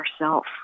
ourself